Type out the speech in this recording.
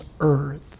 earth